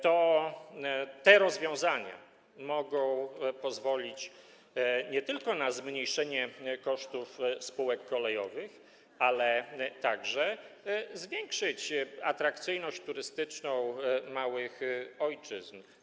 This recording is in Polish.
Te rozwiązania mogą pozwolić nie tylko na zmniejszenie kosztów spółek kolejowych, ale także na zwiększenie atrakcyjności turystycznej małych ojczyzn.